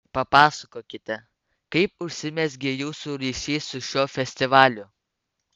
papasakokite kaip užsimezgė jūsų ryšys su šiuo festivaliu